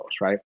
right